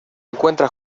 encuentra